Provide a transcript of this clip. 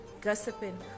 gossiping